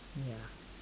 ya